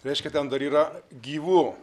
reiškia ten dar yra gyvų